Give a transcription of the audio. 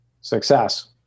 success